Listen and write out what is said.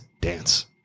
dance